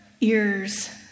ears